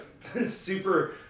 super